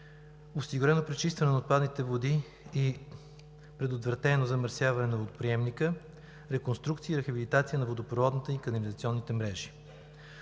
осигурено пречистване на отпадните води и предотвратено замърсяване от приемника; реконструкция, рехабилитация на водопроводната и канализационните мрежи.